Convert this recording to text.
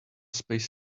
space